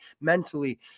Mentally